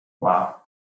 wow